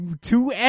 two